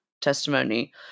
testimony